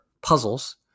puzzles